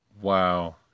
Wow